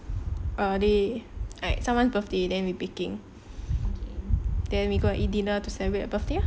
err they like someone's birthday then we baking then we go eat dinner to celebrate birthday lor